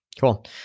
cool